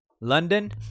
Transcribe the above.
London